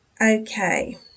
Okay